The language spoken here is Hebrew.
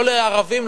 לא לערבים,